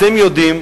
אתם יודעים